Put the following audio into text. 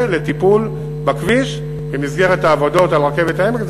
לטיפול בכביש במסגרת העבודות על רכבת העמק.